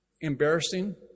embarrassing